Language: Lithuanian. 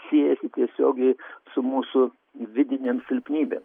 siejasi tiesiogiai su mūsų vidinėm silpnybėm